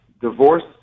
Divorce